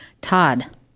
Todd